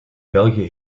belgië